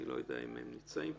אני לא יודע אם הם נמצאים פה.